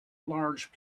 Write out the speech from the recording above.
large